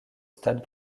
stade